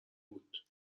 بود